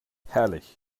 herrlich